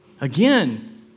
Again